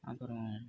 அப்புறம்